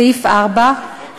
סעיף 4,